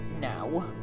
now